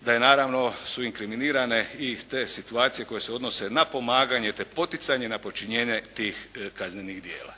da je naravno su inkriminirane i te situacije koje se odnose na pomaganje te poticanje na počinjenje tih kaznenih djela.